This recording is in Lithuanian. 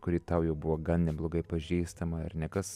kuri tau jau buvo gan neblogai pažįstama ir ne kas